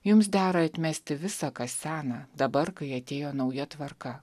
jums dera atmesti visa kas sena dabar kai atėjo nauja tvarka